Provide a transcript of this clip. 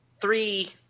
three